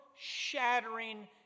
shattering